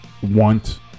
Want